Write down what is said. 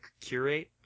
curate